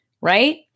Right